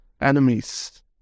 enemies